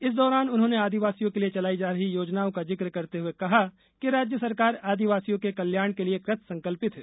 इस दौरान उन्होंने आदिवासियों के लिए चलाई जा रही योजनाओं का जिक करते हुए कहा कि राज्य सरकार आदिवासियों के कल्याण के लिए कृत संकल्पित है